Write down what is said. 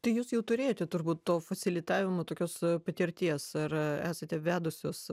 tai jūs jau turėjote turbūt to fasilitavimo tokios patirties ar esate vedusios